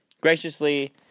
graciously